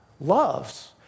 loves